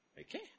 okay